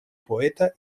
poeta